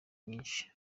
nyinshi